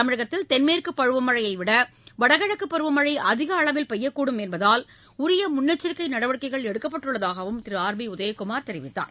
தமிழகத்தில் தென்மேற்குப் பருவமழையைவிட வடகிழக்குப் பருவமழை அதிக அளவில் பெய்யக்கூடும் என்பதால் உரிய முன்னெச்சரிக்கை நடவடிக்கைகள் எடுக்கப்பட்டுள்ளதாகவும் திரு அர்பி உதயகுமார் தெரிவித்தார்